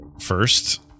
first